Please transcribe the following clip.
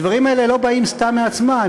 הדברים האלה לא באים סתם מעצמם,